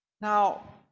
Now